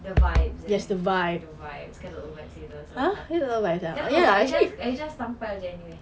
the vibes eh the vibes get a little vaccine also hello it's just it's just tampal there anyway